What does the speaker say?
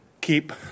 keep